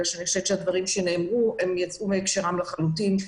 אלא שהדברים שנאמרו יצאו מהקשרם לחלוטין.